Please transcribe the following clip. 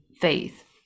faith